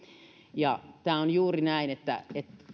tämä on juuri näin